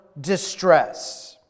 distress